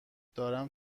دارم